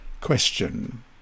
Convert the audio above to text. Question